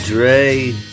Dre